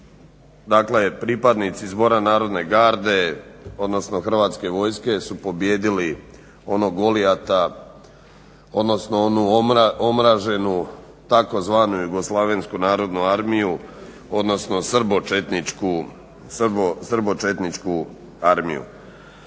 dakle pripadnici Zbora narodne garde, odnosno HV-a su pobijedili onog Golijata, odnosno onu omraženu tzv. Jugoslavensku narodnu armiju, odnosno srbočetničku armiju.